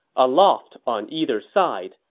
aloft on either side,